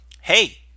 hey